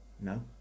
no